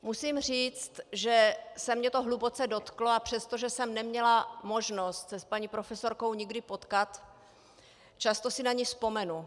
Musím říct, že se mě to hluboce dotklo, a přestože jsem neměla možnost se s paní profesorkou někdy potkat, často si na ni vzpomenu.